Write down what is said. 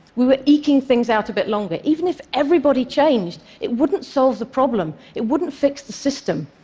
we were eking things out a bit longer. even if everybody changed, it wouldn't solve the problem. it wouldn't fix the system.